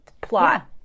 plot